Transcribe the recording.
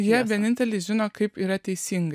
jie vieninteliai žino kaip yra teisingai